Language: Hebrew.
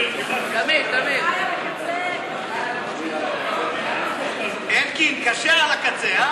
לסעיף 1 לא נתקבלו.